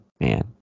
man